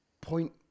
Point